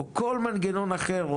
או כל מנגנון אחר,